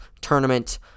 tournament